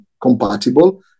compatible